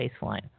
baseline